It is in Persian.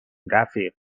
رفیق